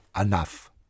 enough